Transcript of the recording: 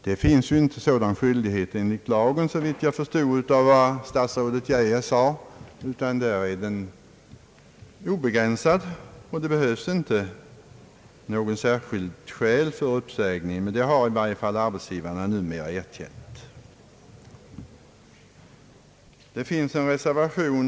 Det finns inte någon sådan skyldighet enligt lag, såvitt jag förstod av vad statsrådet Geijer sade, utan uppsägningsrätten är obegränsad, och det innebär att skäl för uppsägning icke behöver anges. Arbetsgivarna har dock numera erkänt att skäl bör presteras.